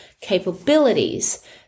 capabilities